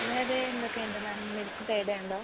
വേറെ എന്തൊക്കെയുണ്ട് ma'am milk പേടയുണ്ടോ